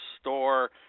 store